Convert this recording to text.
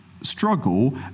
struggle